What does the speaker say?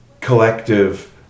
collective